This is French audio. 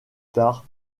tard